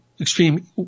extreme